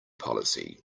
policy